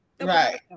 right